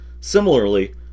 Similarly